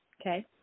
Okay